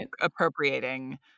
appropriating